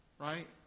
right